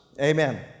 Amen